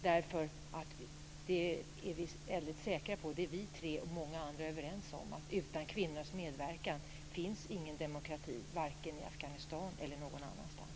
Vi tre och många andra är väldigt säkra på och överens om att utan kvinnors medverkan finns ingen demookrati vare sig i Afghanistan eller någon annanstans.